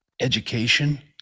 education